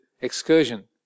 excursion